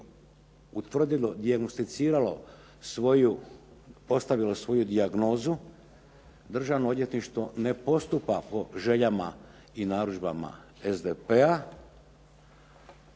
utvrdilo, dijagnosticiralo, postavilo svoju dijagnozu, Državno odvjetništvo ne postupa po željama i narudžbama SDP-a,